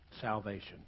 Salvation